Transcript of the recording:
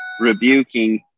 rebuking